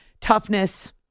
Toughness